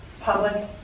public